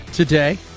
Today